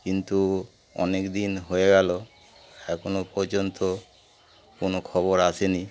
কিন্তু অনেক দিন হয়ে গেল এখনও পর্যন্ত কোনো খবর আসেনি